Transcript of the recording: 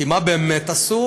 כי מה באמת עשו?